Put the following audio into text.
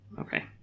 Okay